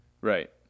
Right